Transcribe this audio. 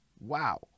Wow